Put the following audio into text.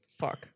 Fuck